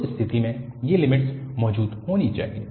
उस स्थिति में ये लिमिट्स मौजूद होनी चाहिए